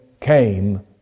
came